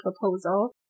proposal